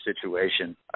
situation